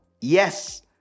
Yes